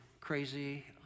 crazy